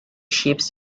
ships